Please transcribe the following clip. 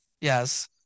yes